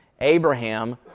Abraham